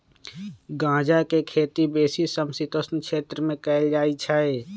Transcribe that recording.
गञजा के खेती बेशी समशीतोष्ण क्षेत्र में कएल जाइ छइ